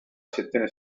sezione